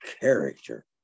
character